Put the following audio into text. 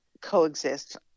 coexist